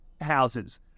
houses